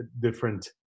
different